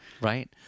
Right